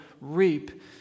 reap